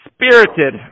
spirited